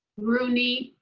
rooney.